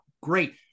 great